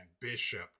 bishop